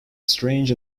strange